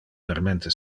vermente